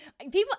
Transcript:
People